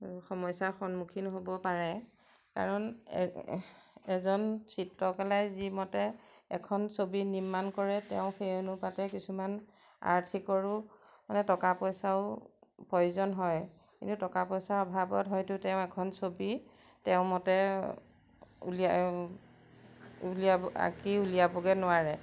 সমস্যাৰ সন্মুখীন হ'ব পাৰে কাৰণ এজন চিত্ৰকালাই যি মতে এখন ছবি নিৰ্মাণ কৰে তেওঁ সেই অনুপাতে কিছুমান আৰ্থিকৰো মানে টকা পইচাও প্ৰয়োজন হয় কিন্তু টকা পইচাৰ অভাৱত হয়তো তেওঁ এখন ছবি তেওঁ মতে উলিয়াই উলিয়াব আঁকি উলিয়াবগৈ নোৱাৰে